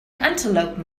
antelope